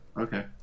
Okay